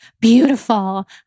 beautiful